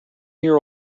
year